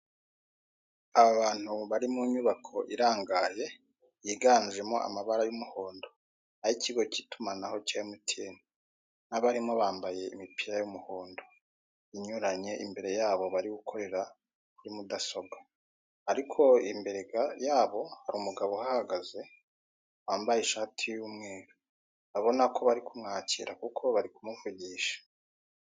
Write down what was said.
Abantu bari mu nyubako irangaye, yiganjemo amabara y'umuhondo. Ay'ikigo cy'itumanaho cya emutiyeni. Abarimo bambaye imipira y'umuhondo. Inyuranye, imbere yabo bari gukorera kuri mudasobwa. Ariko imbare yabo hari umugabo uhahagaze, wambaye ishati y'umweru. Urabona ko bari kumwakira, kuko bari kumuvugisha.